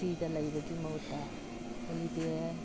ꯐ꯭ꯔꯤꯗ ꯂꯩꯕꯒꯤ ꯃꯍꯨꯠꯇ ꯍꯣꯂꯤꯗꯦ